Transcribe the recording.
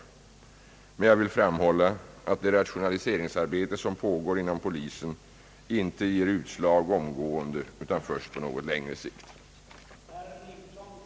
Jag vill emellertid framhålla att det rationaliseringsarbete som pågår inom polisen inte ger utslag omgående utan först på något längre sikt.